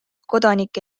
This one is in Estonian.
kodanike